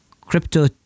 crypto